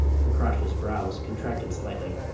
fakrash's brows contracted slightly.